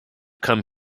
come